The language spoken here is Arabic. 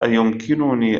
أيمكنني